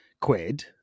quid